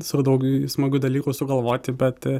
sau daug smagių dalykų sugalvoti bet